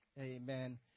Amen